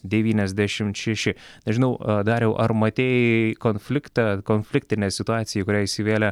devyniasdešimt šeši nežinau a dariau ar matei konfliktą konfliktinę situaciją į kurią įsivėlė